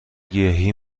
گیاهی